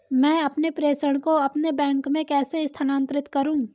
मैं अपने प्रेषण को अपने बैंक में कैसे स्थानांतरित करूँ?